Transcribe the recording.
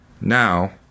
Now